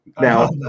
Now